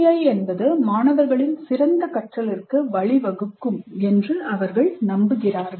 PBI மாணவர்களின் சிறந்த கற்றலுக்கு வழிவகுக்கும் என்று அவர்கள் நம்புகிறார்கள்